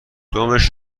دمش